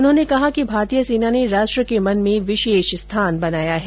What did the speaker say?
उन्होंने कहा कि भारतीय सेना ने राष्ट के मन में एक विशेष स्थान बनाया है